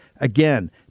Again